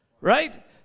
Right